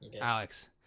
alex